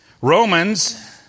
Romans